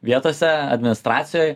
vietose administracijoj